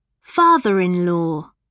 Father-in-law